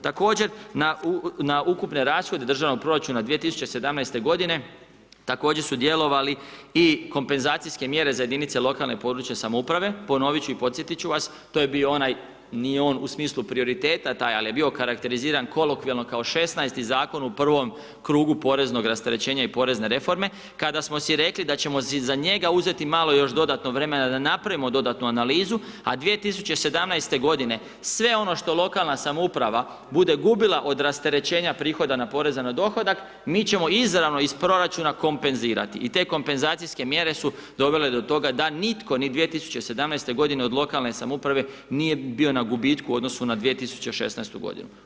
Također na ukupne rashode državnog proračuna 2017. godine, također su djelovali i kompenzacijske mjere za jedinice lokalne područne samouprave, ponovit ću i podsjetit ću vas, to je bio onaj, nije on u smislu prioriteta taj, ali je bio okarakteriziran kolokvijalo kao 16-ti Zakon u prvom krugu poreznog rasterećenja i Porezne reforme kada smo si rekli da ćemo si za njega uzeti malo još dodatno vremena da napravimo dodatnu analizu, a 2017. godine sve ono što lokalna samouprava bude gubila od rasterećenja prihoda Poreza na dohodak, mi ćemo izravno iz proračuna kompenzirati i te kompenzacijske mjere su dovele do toga da nitko, ni 2017. godine od lokalne samouprave nije bio na gubitku u odnosu na 2016. godinu.